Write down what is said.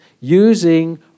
using